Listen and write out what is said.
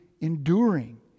enduring